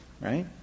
Right